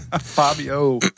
Fabio